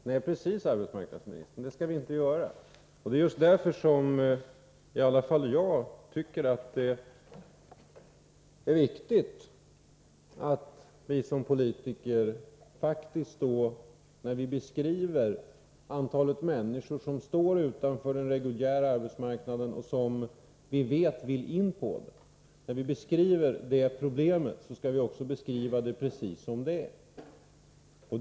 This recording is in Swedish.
Herr talman! Nej, arbetsmarknadsministern, det är precis vad vi inte skall göra. Det är just därför som åtminstone jag tycker att det är viktigt att vi som politiker faktiskt, när vi talar om antalet människor som står utanför den reguljära arbetsmarknaden och som vi vet vill in på den, också beskriver problemen precis som de är.